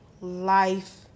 life